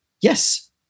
Yes